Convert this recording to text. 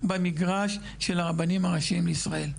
במגרש של הרבנים הראשיים של ישראל.